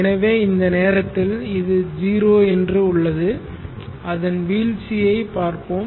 எனவே இந்த நேரத்தில் இது 0 என்று உள்ளது அதன் வீழ்ச்சியை பார்ப்போம்